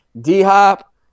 D-Hop